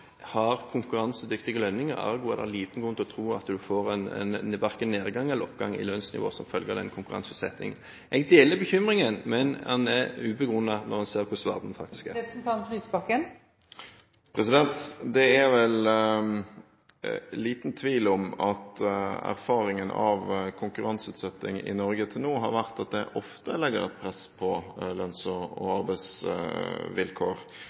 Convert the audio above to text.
har konkurransedyktige lønninger. Ergo er det liten grunn til å tro at en får verken en nedgang eller en oppgang i lønnsnivået som følge av konkurranseutsettingen. Jeg deler bekymringen, men den er ubegrunnet når en ser på saken som den faktisk er. Det er vel liten tvil om at erfaringen fra konkurranseutsetting i Norge til nå har vært at det ofte legger et press på lønns- og arbeidsvilkår, og